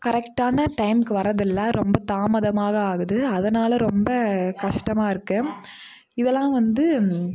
கரெக்டான டைமுக்கு வரதில்லை ரொம்ப தாமதமாக ஆகுது அதனால் ரொம்ப கஷ்டமாக இருக்கு இதெல்லாம் வந்து